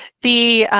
the,